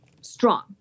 strong